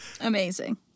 Amazing